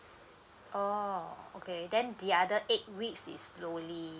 oh okay then the other eight weeks is slowly